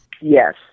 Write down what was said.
Yes